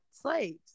slaves